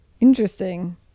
Interesting